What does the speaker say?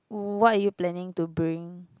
what are you planning to bring